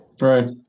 Right